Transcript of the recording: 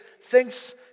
thinks